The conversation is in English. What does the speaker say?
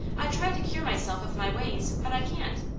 i try to cure myself of my ways, but i can't.